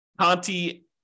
Conti